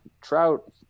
trout